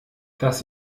dass